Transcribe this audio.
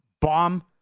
bomb